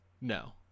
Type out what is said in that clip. no